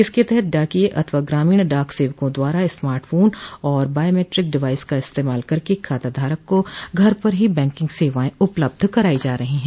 इसके तहत डाकिये अथवा ग्रामीण डाक सेवकों द्वारा स्मार्ट फोन और बायेमैट्रिक डिवाइस का इस्तेमाल करके खाताधारक को घर पर ही बैंकिंग सेवाएं उपलब्ध कराई जा रही है